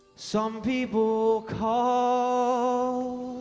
some people call